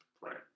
Right